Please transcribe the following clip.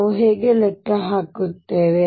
ನಾವು ಹೇಗೆ ಲೆಕ್ಕ ಹಾಕುತ್ತೇವೆ